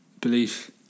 Belief